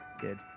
Good